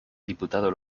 diputado